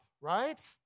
right